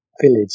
village